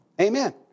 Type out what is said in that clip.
Amen